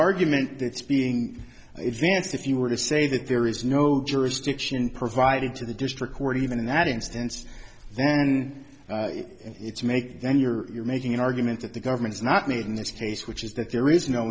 argument that's being if the answer if you were to say that there is no jurisdiction provided to the district court even in that instance then it's make then you're you're making an argument that the government is not made in this case which is that there is no